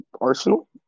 Arsenal